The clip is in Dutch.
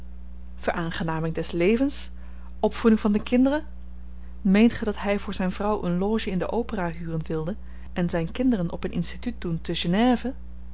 veraangenaming des levens opvoeding van de kinderen meent ge dat hy voor zyn vrouw een loge in de opera huren wilde en zyn kinderen op een instituut doen te